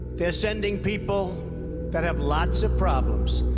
they're sending people that have lots of problems,